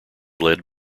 led